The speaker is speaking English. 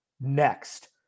next